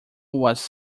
was